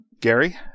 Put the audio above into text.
Gary